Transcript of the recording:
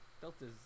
Delta's